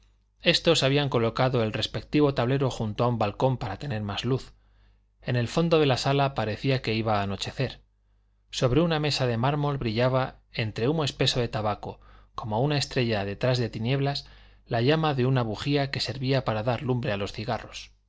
estos habían colocado el respectivo tablero junto a un balcón para tener más luz en el fondo de la sala parecía que iba a anochecer sobre una mesa de mármol brillaba entre humo espeso de tabaco como una estrella detrás de niebla la llama de una bujía que servía para dar lumbre a los cigarros